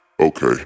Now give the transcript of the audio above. Okay